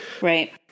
Right